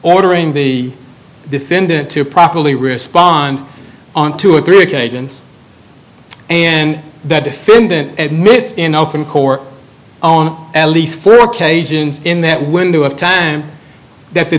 ordering the defendant to properly respond on two or three occasions and the defendant admits in open court own at least three occasions in that window of time that the